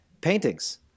Paintings